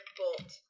bolt